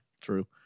True